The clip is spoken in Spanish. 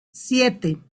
siete